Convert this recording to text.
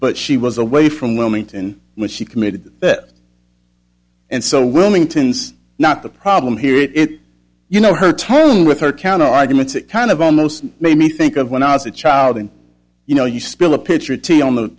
but she was away from wilmington which she committed and so wilmington's not the problem here is you know her tone with her counterarguments it kind of almost made me think of when i was a child and you know you spill a pitcher tea on the